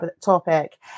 topic